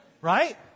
Right